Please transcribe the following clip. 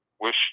wish